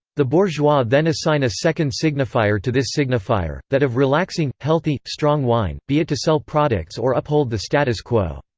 the bourgeois then assign a second signifier to this signifier, that of relaxing, healthy, strong wine, be it to sell products or uphold the status quo.